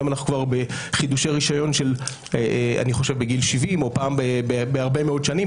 היום אנחנו כבר בחידושי רישיון בגיל 70 או פעם בהרבה מאוד שנים.